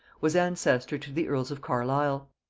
was ancestor to the earls of carlisle